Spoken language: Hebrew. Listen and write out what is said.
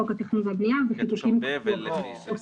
חוק התכנון והבנייה בחיקוקים --- כתוב שם ב- ולפי.